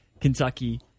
Kentucky